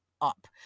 Up